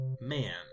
man